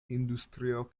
industrio